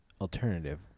Alternative